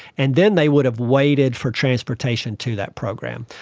and then they would have waited for transportation to that program.